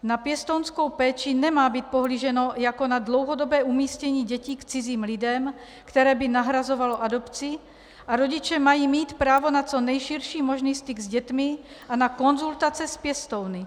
Na pěstounskou péči nemá být pohlíženo jako na dlouhodobé umístění dětí k cizím lidem, které by nahrazovalo adopci, a rodiče mají mít právo na co nejširší možný styk s dětmi a na konzultace s pěstouny.